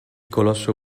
colosso